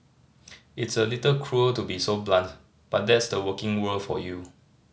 it's a little cruel to be so blunt but that's the working world for you